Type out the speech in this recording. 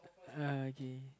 uh okay